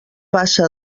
passa